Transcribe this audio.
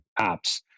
apps